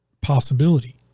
possibility